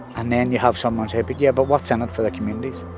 and then you have someone say but yeah, but what's in it for the communities?